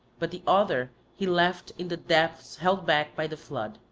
but the other he left in the depths held back by the flood.